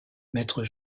maître